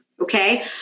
Okay